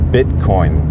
Bitcoin